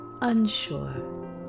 unsure